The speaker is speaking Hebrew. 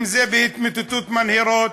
אם בהתמוטטות מנהרות,